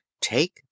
take